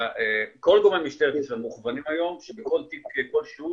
כל גורמי משטרת ישראל מוכוונים היום שבכל תיק כלשהו